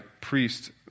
priest